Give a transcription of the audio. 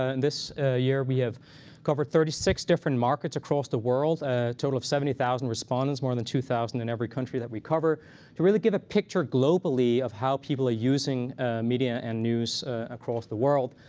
ah this year, we have covered thirty six different markets across the world, a total of seventy thousand respondents, more than two thousand in every country that we cover, to really give a picture globally of how people are using media and news across the world.